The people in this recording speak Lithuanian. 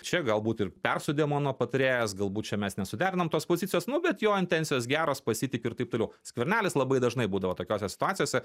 čia galbūt ir persūdijo mano patarėjas galbūt čia mes nesuderinom to pozicijos nu bet jo intencijos geros pasitikiu ir taip toliau skvernelis labai dažnai būdavo tokiose situacijose